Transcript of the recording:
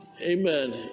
Amen